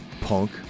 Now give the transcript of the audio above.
punk